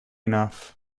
enough